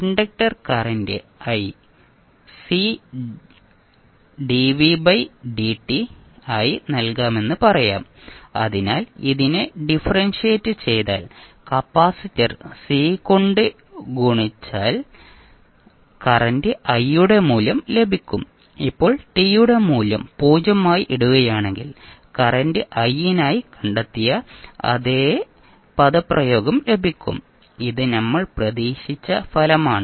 inductor current i C C D V by D T ആയി നൽകാമെന്ന് പറയാം അതിനാൽ ഇതിനെ ഡിഫറൻഷിയേറ്റ് ചെയ്ത് കപ്പാസിറ്റർ സി കൊണ്ട് ഗുണിച്ചാൽ കറന്റ് i യുടെ മൂല്യം ലഭിക്കും ഇപ്പോൾ ടി യുടെ മൂല്യം 0 ആയി ഇടുകയാണെങ്കിൽ കറന്റ് i നായി കണ്ടെത്തിയ അതേ പദപ്രയോഗം ലഭിക്കും ഇത് നമ്മൾ പ്രതീക്ഷിച്ച ഫലമാണ്